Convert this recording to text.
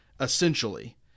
essentially